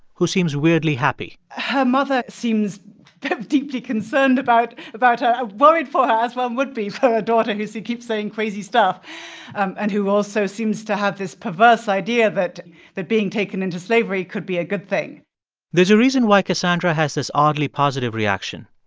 who seems weirdly happy her mother seems kind of deeply concerned about about her worried for her, as one would be, for her daughter who keeps saying crazy stuff and who also seems to have this perverse idea that that being taken into slavery could be a good thing there's a reason why cassandra has this oddly positive reaction.